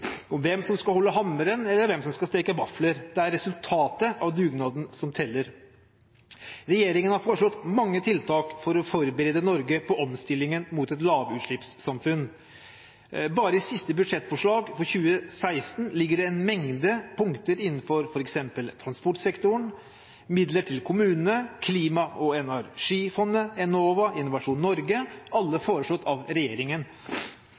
om hvem som skal holde hammeren, og hvem som skal steke vafler. Det er resultatet av dugnaden som teller. Regjeringen har foreslått mange tiltak for å forberede Norge på omstillingen mot et lavutslippssamfunn. Bare i siste budsjettforslag, for 2016, ligger det en mengde punkter innenfor f.eks. transportsektoren, midler til kommunene, klima- og energifondet, Enova, Innovasjon Norge – alle foreslått av regjeringen.